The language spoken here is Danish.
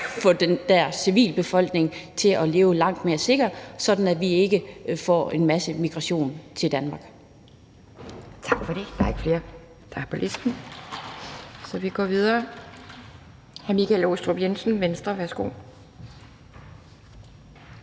for, at civilbefolkningen kan leve langt mere sikkert, sådan at vi ikke får en masse migration til Danmark.